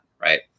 right